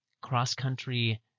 cross-country